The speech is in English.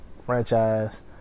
franchise